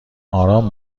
آرام